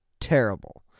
terrible